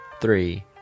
three